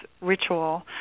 ritual